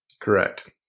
Correct